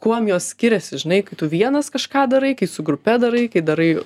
kuom jos skiriasi žinai kai tu vienas kažką darai kai su grupe darai kai darai